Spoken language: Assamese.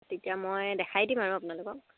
তেতিয়া মই দেখাই দিম আৰু আপোনালোকক